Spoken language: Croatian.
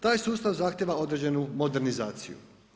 Taj sustav zahtijeva određenu modernizaciju.